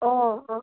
অঁ অঁ